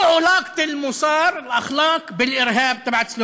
(אומר דברים בערבית, להלן